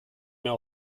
mehr